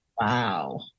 Wow